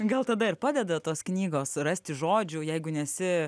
gal tada ir padeda tos knygos rasti žodžių jeigu nesi